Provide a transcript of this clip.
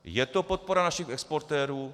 Je to podpora našich exportérů?